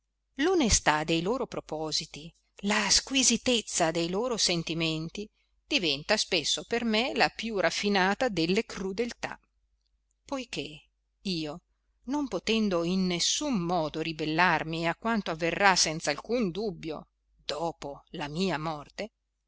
l'onestà dei loro propositi la squisitezza dei loro sentimenti diventa spesso per me la più raffinata delle crudeltà poiché io non potendo in nessun modo ribellarmi a quanto avverrà senz'alcun dubbio dopo la mia morte